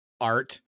art